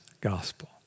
gospel